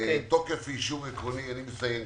תוקף רישום עקרוני למשכנתה.